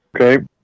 Okay